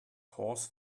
horse